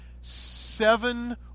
seven